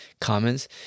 comments